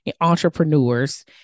entrepreneurs